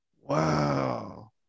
Wow